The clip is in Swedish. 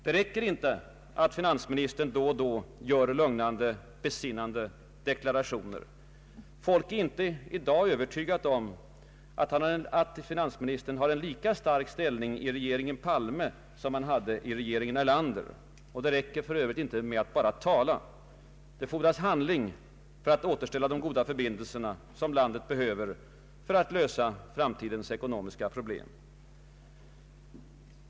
Det räcker inte att finansministern då och då gör lugnande, besinnande deklarationer. Folk är inte i dag övertygade om att finansministern har en lika stark ställning i regeringen Palme som han hade i regeringen Erlander, och det räcker för övrigt inte med att bara tala. Det fordras handling för att återställa de goda förbindelser som landet behöver för att lösa framtidens ekonomiska problem.